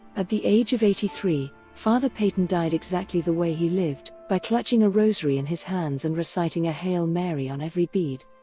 at the age of eighty three, fr. peyton died exactly the way he lived by clutching a rosary in his hands and reciting a hail mary on every bead.